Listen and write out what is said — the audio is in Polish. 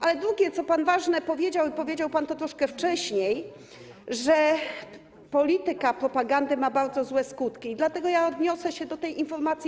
Ale drugie, co pan ważnego powiedział, powiedział pan to troszkę wcześniej, że polityka propagandy ma bardzo złe skutki, dlatego odniosę się do tej pana informacji.